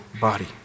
body